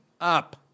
up